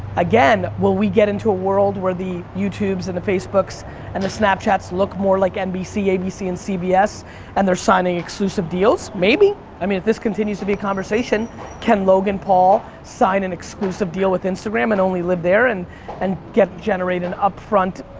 again, will we get into a world where the youtube's and the facebooks and the snapchats look more like nbc, abc and cbs and they're signing exclusive deals? maybe. i mean if this continues to be conversation can logan paul sign an exclusive deal with instagram and only live there and and get generate an upfront,